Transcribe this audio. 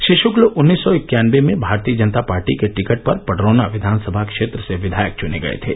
श्री शुक्ल उन्नीस सौ इक्यानबे में भारतीय जनता पार्टी के टिकट पर पडरौना विघानसभा क्षेत्र से कियायक चने गए थे